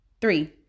three